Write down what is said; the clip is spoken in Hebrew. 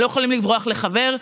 הם לא יכולים לברוח לחבר,